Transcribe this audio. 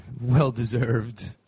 well-deserved